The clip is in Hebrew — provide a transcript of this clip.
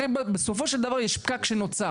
הרי בסופו של דבר יש פקק שנותר.